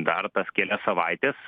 dar tas kelias savaites